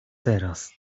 teraz